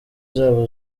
zabo